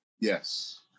yes